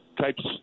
Type's